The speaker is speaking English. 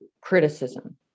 criticism